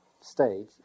stage